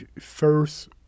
first